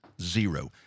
Zero